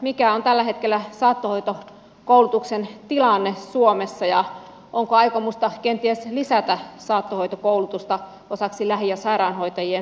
mikä on tällä hetkellä saattohoitokoulutuksen tilanne suomessa ja onko aikomusta kenties lisätä saattohoitokoulutusta osaksi lähi ja sairaanhoitajien tutkintokoulutusta